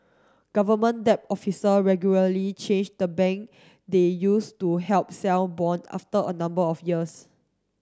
government debt officer regularly change the bank they use to help sell bond after a number of years